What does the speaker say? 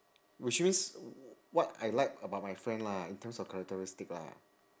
which means what I like about my friend lah in terms of characteristic lah